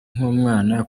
nk’umwana